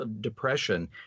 depression